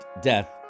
death